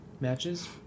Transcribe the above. matches